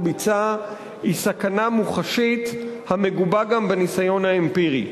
ביצע היא סכנה מוחשית המגובה גם בניסיון האמפירי.